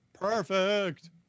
Perfect